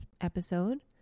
episode